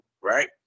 right